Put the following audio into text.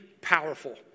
powerful